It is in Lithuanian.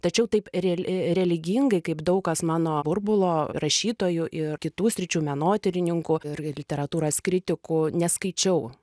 tačiau taip rel religingai kaip daug kas mano burbulo rašytojų ir kitų sričių menotyrininkų ir literatūros kritikų neskaičiau